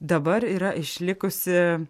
dabar yra išlikusi